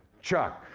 chuck.